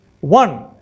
one